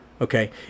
okay